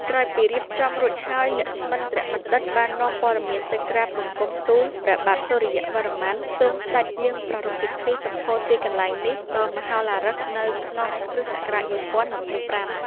ក្រោយពីរៀបចំរួចហើយ លក្ស្មិន្ទ្របណ្ឌិត បាននាំព័ត៌មានទៅក្រាបបង្គំទូលព្រះបាទសុរ្យវរ្ម័ន ទ្រង់ស្ដេចយាងប្រារព្ធពិធីសម្ពោធទីកន្លែងនេះដ៏មហោឡារិក នៅក្នុងគ.ស. ១០២៥ ។